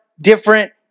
different